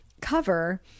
cover